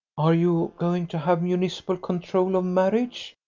are you going to have municipal control of marriage?